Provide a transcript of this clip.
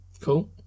Cool